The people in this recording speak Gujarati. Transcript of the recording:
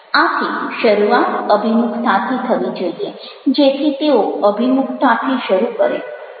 આથી શરૂઆત અભિમુખતાથી થવી જોઈએ જેથી તેઓ અભિમુખતાથી શરૂ કરે